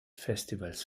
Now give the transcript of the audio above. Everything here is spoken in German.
festivals